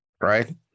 right